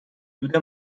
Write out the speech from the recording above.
دود